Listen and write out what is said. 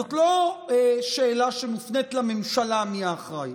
זאת לא שאלה שמופנית לממשלה, מי האחראי.